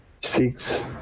six